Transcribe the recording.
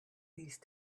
these